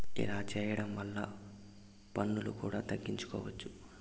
ఇలా చేయడం వల్ల పన్నులు కూడా తగ్గించుకోవచ్చు